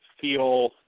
feel